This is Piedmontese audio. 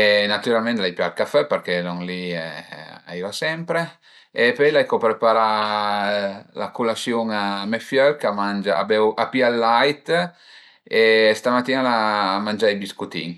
e natüralment l'ai pià ël café përché lon li a i va sempre e pöi l'ai co preparà la culasiun a me fiöl ch'a mangia, a beu, a pìa ël lait e stamatin al a mangià i biscutin